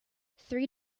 three